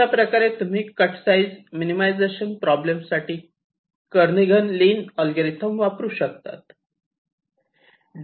अशाप्रकारे तुम्ही cut size minimization problem साठी केर्निघन लिन एल्गोरिदम वापरू शकतात